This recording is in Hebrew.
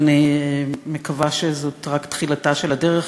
ואני מקווה שזאת רק תחילתה של הדרך,